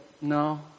no